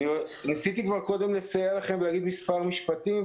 ניסיתי כבר קודם לסייע לכם ולהגיד כמה משפטים,